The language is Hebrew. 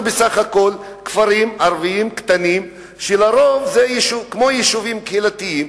אנחנו בסך הכול כפרים ערביים קטנים שלרוב זה כמו יישובים קהילתיים,